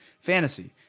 fantasy